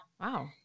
Wow